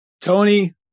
Tony